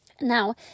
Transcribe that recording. Now